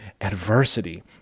adversity